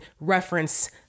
reference